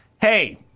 hey